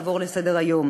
לעבור עליהם לסדר-היום.